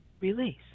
Release